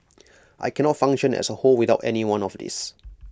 I cannot function as A whole without any one of these